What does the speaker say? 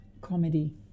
Comedy